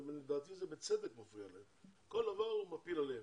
לדעתי בצדק מפריע להם, כל דבר הוא מפיל עליהם.